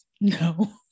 No